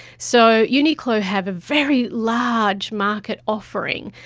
so uniqlo have a very large market offering,